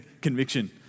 conviction